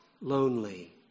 Lonely